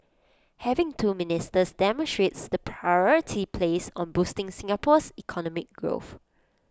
having two ministers demonstrates the priority placed on boosting Singapore's economic growth